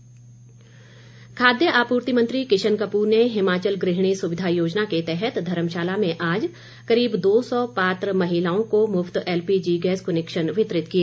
किशन कपूर खाद्य आपूर्ति मंत्री किशन कपूर ने हिमाचल गृहिणी सुविधा योजना के तहत धर्मशाला में आज करीब दो सौ पात्र महिलाओं को मुफ्त एलपीजी गैस कनेक्शन वितरित किए